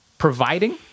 Providing